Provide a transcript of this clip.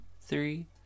three